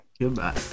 Goodbye